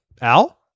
Al